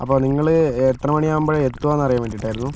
അപ്പോൾ നിങ്ങൾ എത്ര മണിയാകുമ്പോഴാണ് എത്തുകയെന്നറിയാൻ വേണ്ടിയിട്ടായിരുന്നു